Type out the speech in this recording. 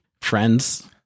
friends